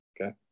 okay